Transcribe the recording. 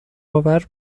آور